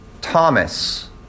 Thomas